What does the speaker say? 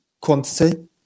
quantity